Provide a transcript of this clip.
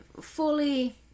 fully